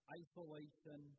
isolation